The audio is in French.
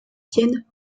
ancienne